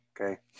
Okay